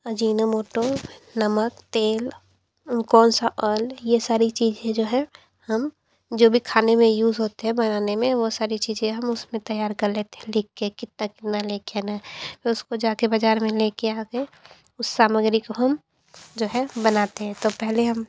Ajinomoto नमक तेल oil यह सारी चीज़ें जो है हम जो भी खाने में यूज़ होते हैं बनाने में वह सारी चीज़ें हम उसमें तैयार कर लेते हैं लिख कर कितना लेकर आना है उसको जाकर बाज़ार में लेकर आगे उस सामग्री को हम जो है बनाते हैं तो पहले हम